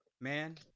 Man